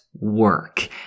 work